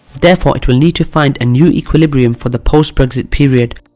therefore, it will need to find a new equilibrium for the post-brexit period,